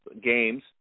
games